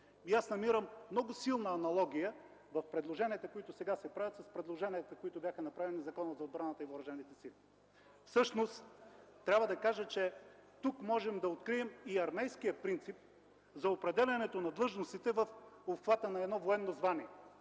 Аз намирам много силна аналогия в предложенията, които сега се правят, с предложенията, които бяха направени в Закона за отбраната и въоръжените сили. Всъщност трябва да кажа, че тук можем да открием и армейския принцип за определянето на длъжностите в обхвата на едно военно звание,